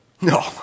No